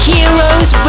Heroes